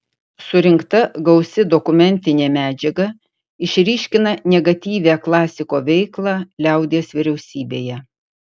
surinkta gausi dokumentinė medžiaga išryškina negatyvią klasiko veiklą liaudies vyriausybėje